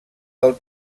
del